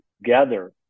together